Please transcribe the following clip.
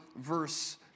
verse